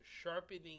sharpening